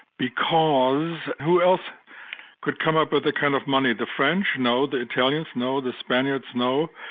because who else could come up with the kind of money? the french, no. the italians, no. the spaniards, no.